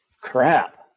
crap